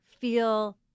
feel